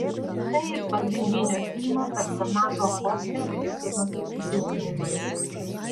tai ir pagrindinio filmo personažo chorchės būsenos apibūdinimas